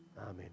amen